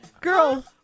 Girl